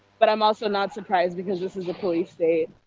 but i'm also not surprised, because this is a police state.